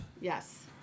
Yes